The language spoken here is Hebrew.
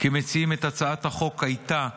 כמציעי הצעת החוק הייתה,